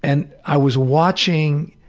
and i was watching